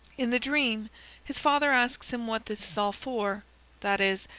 in the dream his father asks him what this is all for that is,